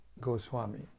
Goswami